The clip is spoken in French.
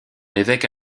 évêque